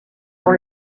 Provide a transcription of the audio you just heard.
dans